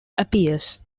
appears